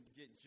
get